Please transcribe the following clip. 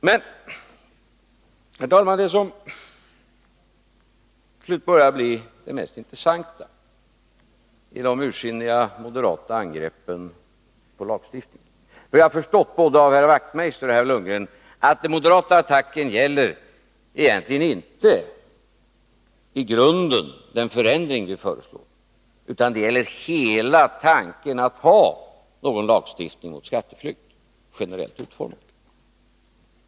Men, herr talman, det som börjar bli det mest intressanta i de ursinniga moderata angreppen på lagstiftningen är — det har jag förstått av både herr Wachtmeister och herr Lundgren — att attacken i grunden inte gäller den förändring vi föreslår utan hela tanken att ha någon lagstiftning mot skatteflykt generellt utformad.